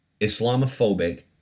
Islamophobic